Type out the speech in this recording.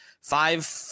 five